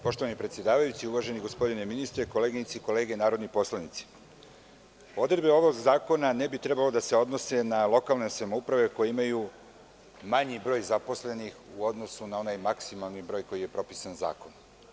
Poštovani predsedavajući, uvaženi gospodine ministre, koleginice i kolege narodni poslanici, odredbe ovog zakona ne bi trebalo da se odnose na lokalne samouprave koje imaju manji broj zaposlenih u odnosu na onaj maksimalan broj koji je propisan zakonom.